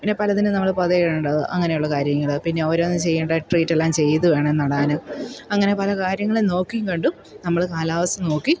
പിന്നെ പലതിനും നമ്മൾ പൊതയിടേണ്ടത് അങ്ങനെയുള്ള കാര്യങ്ങൾ പിന്നെ ഓരോന്നും ചെയ്യേണ്ട ട്രീറ്റെല്ലാം ചെയ്തു വേണം നടാൻ അങ്ങനെ പല കാര്യങ്ങൾ നോക്കിയും കണ്ടും നമ്മൾ കാലാവസ്ഥ നോക്കി